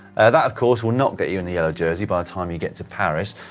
that, of course, will not get you any yellow jersey by the time you get to paris,